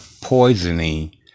poisoning